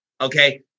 Okay